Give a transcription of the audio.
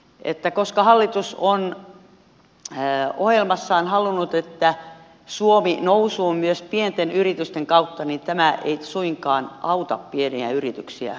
hallitus on ohjelmassaan halunnut että suomi nousuun myös pienten yritysten kautta mutta tämä ei suinkaan auta pieniä yrityksiä kun alvi nousee